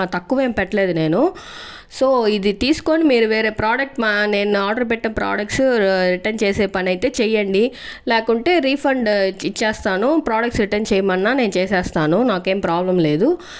ఆ తక్కువేం పెట్టలేదు నేను సో ఇది తీసుకొని మీరు వేరే ప్రాడక్ట్ మా నేను నా ఆర్డర్ పెట్టిన ప్రాడక్ట్సు రిటన్ చేసే పనయితే చెయ్యండి లేకుంటే రీఫండ్ ఇచ్ ఇచ్చేస్తాను ప్రాడక్ట్స్ రిటర్న్ చేయమన్నా నేను చేసేస్తాను నాకేం ప్రాబ్లమ్ లేదు